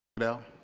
now